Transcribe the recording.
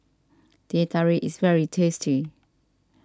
Teh Tarik is very tasty